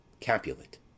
Capulet